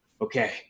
okay